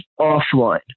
offline